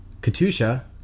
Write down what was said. Katusha